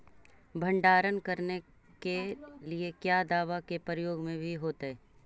भंडारन करने के लिय क्या दाबा के प्रयोग भी होयतय?